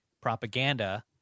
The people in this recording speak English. propaganda